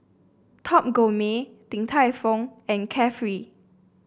Top Gourmet Din Tai Fung and Carefree